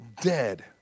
dead